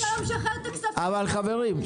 --- האוצר שלא משחרר את הכספים --- חברים,